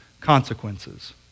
consequences